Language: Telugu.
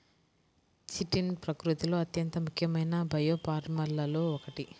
చిటిన్ ప్రకృతిలో అత్యంత ముఖ్యమైన బయోపాలిమర్లలో ఒకటి